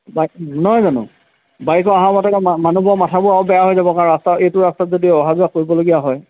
নহয় জানো বাৰিষা অহা হেতুকে মানুহৰ মাথাবোৰ আৰু বেয়া হৈ যাব কাৰণ ৰাস্তা এইটো ৰাস্তাত যদি অহা যোৱা কৰিবলগীয়া হয়